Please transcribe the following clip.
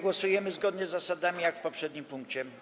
Głosujemy zgodnie z takimi zasadami jak w poprzednim punkcie.